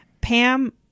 Pam